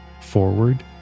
forward